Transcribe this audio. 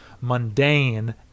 mundane